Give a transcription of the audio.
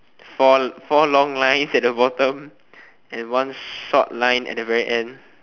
four four long lines at the bottom and one short line at the very end